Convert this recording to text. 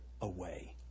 away